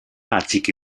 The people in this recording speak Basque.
atxiki